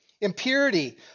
impurity